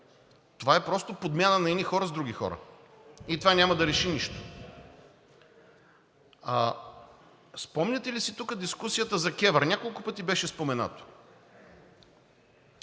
това е просто подмяна на едни хора с други хора и това няма да реши нищо. Спомняте ли си тук дискусията за КЕВР, няколко пъти беше споменато.